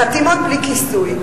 חתימות בלי כיסוי.